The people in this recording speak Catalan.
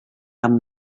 amb